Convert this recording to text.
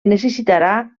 necessitarà